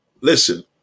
listen